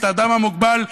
האדם המוגבל,